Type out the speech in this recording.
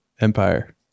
Empire